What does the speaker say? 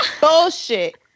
bullshit